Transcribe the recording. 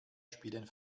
spielen